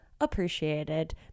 appreciated